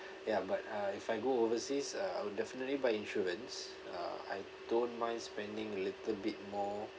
ya but uh if I go overseas uh I will definitely buy insurance uh I don't mind spending a little bit more